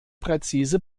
präzise